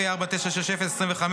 פ/4960/25,